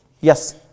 Yes